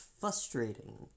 frustrating